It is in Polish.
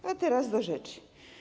A teraz do rzeczy.